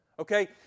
okay